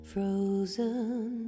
Frozen